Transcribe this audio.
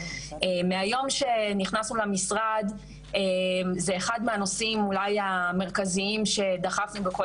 מהיום שנכנסנו למשרד זה אחד מהנושאים אולי המרכזיים שדחפנו בכל